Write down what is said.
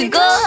go